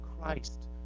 Christ